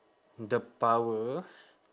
the power